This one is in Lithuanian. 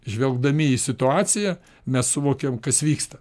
žvelgdami į situaciją mes suvokiam kas vyksta